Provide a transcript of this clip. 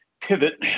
pivot